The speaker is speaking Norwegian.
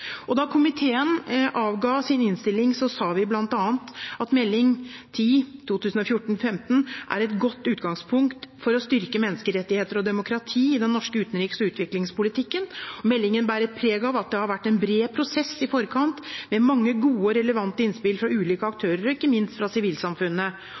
Da komiteen avga sin innstilling, sa vi bl.a.: «Meld St. 10 er et godt utgangspunkt for å styrke menneskerettigheter og demokrati i den norske utenriks- og utviklingspolitikken. Meldingen bærer preg av at det har vært en bred prosess i forkant, med mange gode og relevante innspill fra ulike aktører, og ikke minst fra